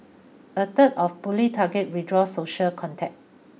a third of bullied targets withdrew social contact